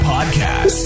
Podcast